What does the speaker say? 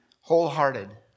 wholehearted